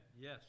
Yes